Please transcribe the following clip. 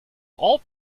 all